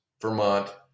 Vermont